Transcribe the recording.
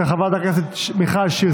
של חברת הכנסת מיכל שיר